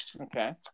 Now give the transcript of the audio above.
Okay